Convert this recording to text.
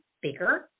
bigger